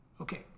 Okay